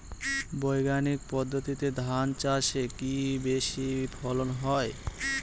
বৈজ্ঞানিক পদ্ধতিতে ধান চাষে কি বেশী ফলন হয়?